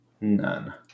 None